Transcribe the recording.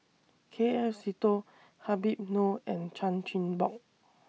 K F Seetoh Habib Noh and Chan Chin Bock